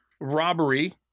robbery